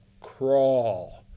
crawl